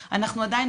אנחנו לא בתוך המערכת.